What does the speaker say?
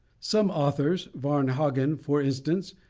some authors, varnhagen for instance,